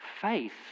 Faith